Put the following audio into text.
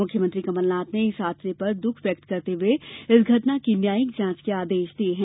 मुख्यमंत्री कमलनाथ ने इस हादसे पर दुख व्यक्त करते हुये इस घटना की न्यायिक जांच के आदेश दिये हैं